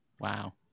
Wow